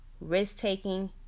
risk-taking